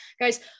Guys